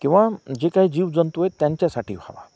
किंवा जे काही जीव जंतू आहेत त्यांच्यासाठी व्हावा